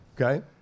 Okay